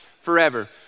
forever